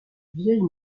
vieille